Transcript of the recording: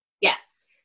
Yes